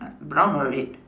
brown or red